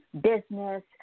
business